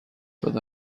داده